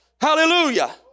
Hallelujah